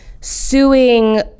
suing